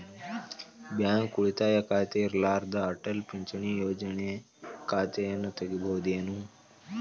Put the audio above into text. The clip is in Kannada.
ಬ್ಯಾಂಕ ಉಳಿತಾಯ ಖಾತೆ ಇರ್ಲಾರ್ದ ಅಟಲ್ ಪಿಂಚಣಿ ಯೋಜನೆ ಖಾತೆಯನ್ನು ತೆಗಿಬಹುದೇನು?